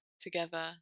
together